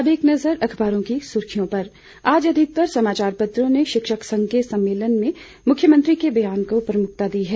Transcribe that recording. अब एक नजर अखबारों की सुर्खियों पर आज अधिकतर समाचापत्रों ने शिक्षक संघ के सम्मेलन में मुख्यमंत्री के बयान को प्रमुखता दी है